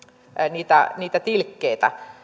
tilkkeitä